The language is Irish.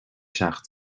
seacht